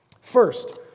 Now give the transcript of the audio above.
First